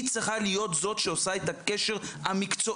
היא צריכה להיות זאת שעושה את הקשר המקצועי